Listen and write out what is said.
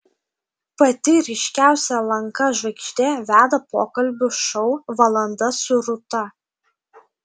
pati ryškiausia lnk žvaigždė veda pokalbių šou valanda su rūta